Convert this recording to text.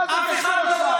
מה זה קשור עכשיו?